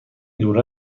دور